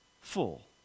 full